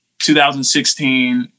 2016